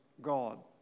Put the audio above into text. God